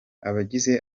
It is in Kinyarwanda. abagize